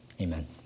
Amen